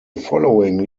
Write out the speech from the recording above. following